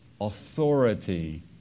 authority